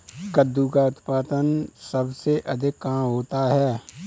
कद्दू का उत्पादन सबसे अधिक कहाँ होता है?